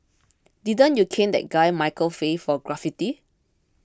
didn't you cane that guy Michael Fay for graffiti